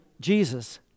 Jesus